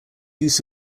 use